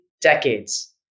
decades